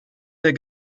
der